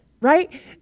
Right